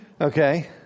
Okay